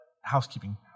housekeeping